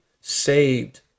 saved